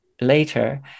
later